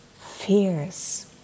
fears